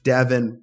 Devin